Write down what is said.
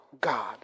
God